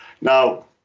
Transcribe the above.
Now